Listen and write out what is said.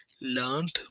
learned